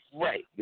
Right